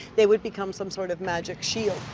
they would become some sort of magic shield.